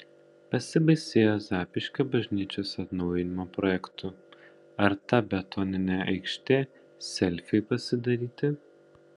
pasibaisėjo zapyškio bažnyčios atnaujinimo projektu ar ta betoninė aikštė selfiui pasidaryti